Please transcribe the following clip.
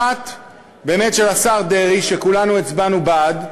אחת באמת של השר דרעי, שכולנו הצבענו בעדה,